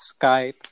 Skype